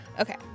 okay